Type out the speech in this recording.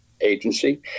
Agency